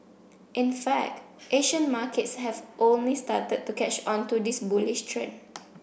in fact Asian markets have only started to catch on to this bullish trend